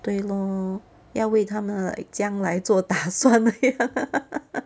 对 lor 要为他们的 like 将来做打算